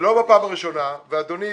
ולא בפעם הראשונה ואדוני,